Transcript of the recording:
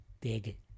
big